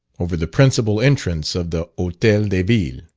over the principal entrance of the hotel de ville.